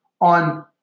on